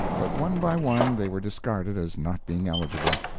but one by one they were discarded as not being eligible.